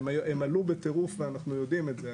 והם עלו בטירוף ואנחנו יודעים את זה,